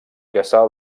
cassà